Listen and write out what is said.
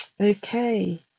Okay